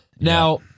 Now